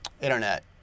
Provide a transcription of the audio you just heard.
internet